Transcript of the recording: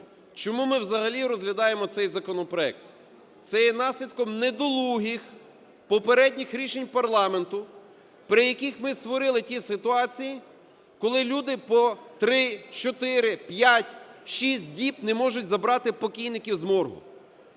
чому ми взагалі розглядаємо цей законопроект? Це є наслідком недолугих попередніх рішень парламенту, при яких ми створили ті ситуації, коли люди по 3, 4, 5, 6 діб не можуть забрати покійників з моргу.